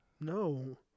No